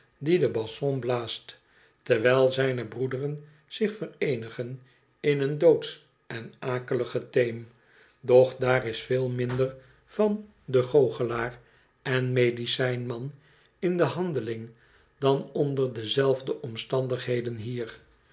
die de basson blaast terwijl zijne broederen zich vereenigen in een doodsch en akelig geteem doch daar is veel minder van den goochelaar en medicijn man in de handeling dan onder dezelfde omstandigheden hier